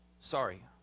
sorry